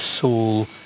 soul